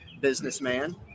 businessman